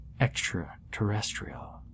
extraterrestrial